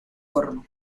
porno